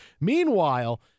Meanwhile